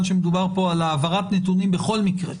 שמדובר פה על העברת נתונים בכל מקרה,